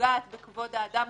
שפוגעת בכבוד האדם,